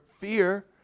fear